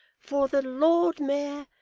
for the lord mayor,